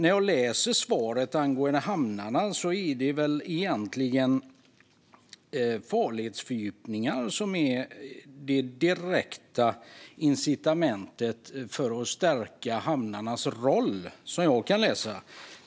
I svaret angående hamnarna är det väl egentligen farledsfördjupningar som är det direkta incitamentet för att stärka hamnarnas roll, som jag förstår det.